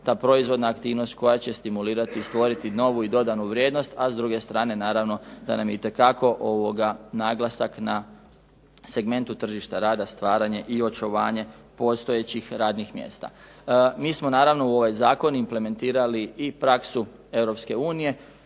ta proizvodna aktivnost koja će stimulirati, stvoriti novu dodanu vrijednost, a s druge strane naravno da nam je itekako naglasak na segmentu tržište rada stvaranje i očuvanje postojećih radnih mjesta. Mi smo naravno u ovaj zakon implementirali i praksu